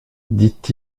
dit